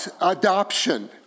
Adoption